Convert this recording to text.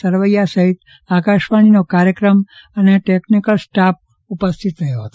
સરવૈયા સહિત આકાશવાણીનો કાર્ચક્રમ અને ટેકનિકલ સ્ટાફ ઉપસ્થિત રહયો હતો